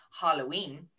Halloween